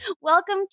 Welcome